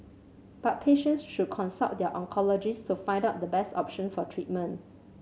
but patients should consult their oncologist to find out the best option for treatment